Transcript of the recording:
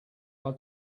are